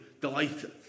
delighted